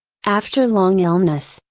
after long illness,